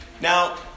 Now